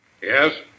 Yes